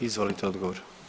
Izvolite odgovor.